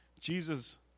Jesus